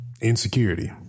Insecurity